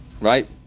Right